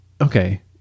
okay